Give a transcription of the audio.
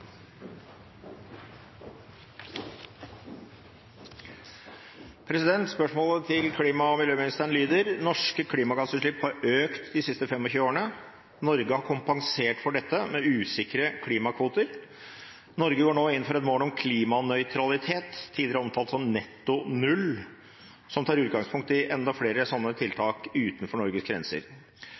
Spørsmålet til klima- og miljøministeren lyder: «Norske klimagassutslipp har økt de siste 25 årene. Norge har kompensert for dette med usikre klimakvoter. Norge går nå inn for et mål om «klimanøytralitet», tidligere omtalt som «netto null», som tar utgangspunkt i flere tiltak utenfor Norges grenser.